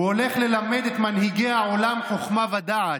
הוא הולך ללמד את מנהיגי העולם חוכמה ודעת,